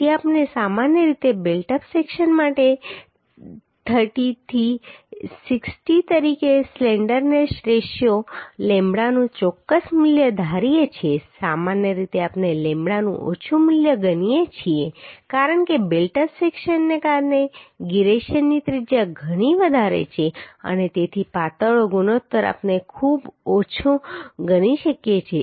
પછી આપણે સામાન્ય રીતે બિલ્ટ અપ સેક્શન માટે 30 થી 60 તરીકે સ્લેન્ડરનેસ રેશિયો લેમ્બડાનું ચોક્કસ મૂલ્ય ધારીએ છીએ સામાન્ય રીતે આપણે લેમ્બડાનું ઓછું મૂલ્ય ગણીએ છીએ કારણ કે બિલ્ટ અપ સેક્શનને કારણે ગિરેશનની ત્રિજ્યા ઘણી વધારે છે અને તેથી પાતળો ગુણોત્તર આપણે ખૂબ ઓછો ગણી શકીએ છીએ